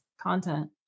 content